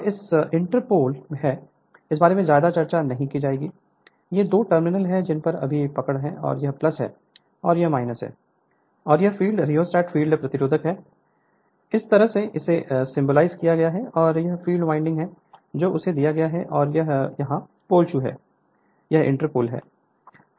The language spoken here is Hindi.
और यह इंटर पोल है इस बारे में ज्यादा चर्चा नहीं की जाएगी ये दो टर्मिनल हैं जिन पर अभी पकड़ है यह यही है और यह है और यह फील्ड रिओस्टेट फील्ड प्रतिरोध है इस तरह से इसे सिम्बॉलिज़ किया गया है और यह फील्ड वाइंडिंग है जो इसे दिया गया है और यह यहाँ पोल शू है यह इंटरपोल है